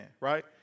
right